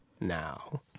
Now